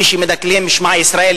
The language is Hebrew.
מי שמדקלם "שמע ישראל",